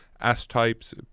S-types